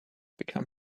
become